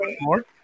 more